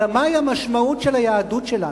אלא מה היא המשמעות של היהדות שלנו.